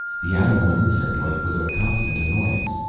the animal and insect life was a constant annoyance,